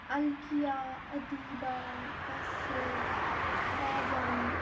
Alqiya Atiba Mudassir Faizan